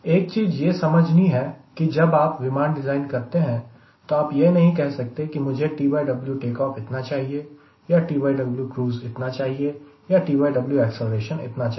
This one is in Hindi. एक चीज यह समझ नहीं है कि जब आप विमान डिज़ाइन करते हैं तो आप यह नहीं कह सकते कि मुझे TW टेकऑफ इतना चाहिए या TW क्रूज़ इतना चाहिए या TW एक्सीलरेशन इतना चाहिए